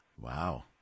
Wow